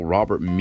Robert